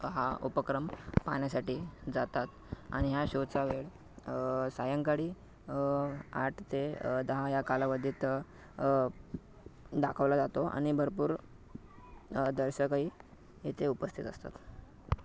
हा उपक्रम पाहण्यासाठी जातात आणि ह्या शोचा वेळ सायंकाळी आठ ते दहा या कालावधीत दाखवला जातो आणि भरपूर दर्शकही येथे उपस्थित असतात